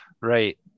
Right